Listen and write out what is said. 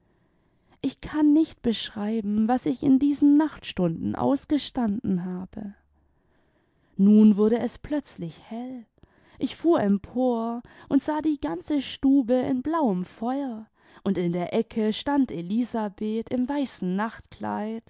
ich kann nicht beschreiben was ich in diesen nachtstunden ausgestanden habe nun wurde es plötzlich hell ich fuhr empor und sah die ganze stube in blauem feuer und in der ecke stand elisabeth im weißen